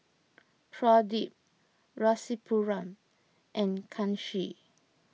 Pradip Rasipuram and Kanshi